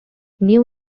new